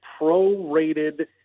prorated